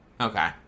Okay